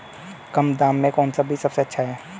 कम दाम में कौन सा बीज सबसे अच्छा है?